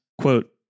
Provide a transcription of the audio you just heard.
Quote